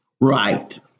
right